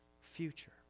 future